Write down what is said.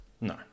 No